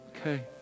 Okay